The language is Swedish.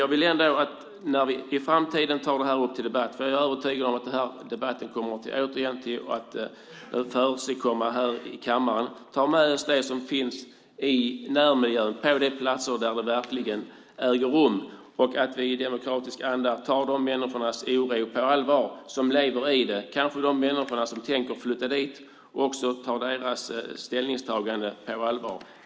Jag vill ändå att vi när vi i framtiden får upp detta till debatt - jag är övertygad om att den här debatten återkommer i kammaren - tar med oss det som finns i närmiljön på de platser där det verkligen äger rum och att vi i demokratisk anda tar oron på allvar hos dessa människor som lever i det, de människor som kanske tänker flytta dit, och tar deras ställningstagande på allvar.